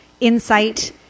insight